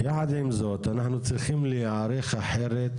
יחד עם זאת, אנחנו צריכים להיערך אחרת